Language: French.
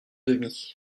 demi